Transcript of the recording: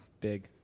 Big